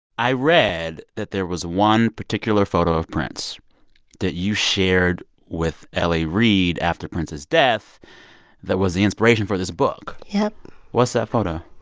i read that there was one particular photo of prince that you shared with l a. reid after prince's death that was the inspiration for this book yep what's that photo?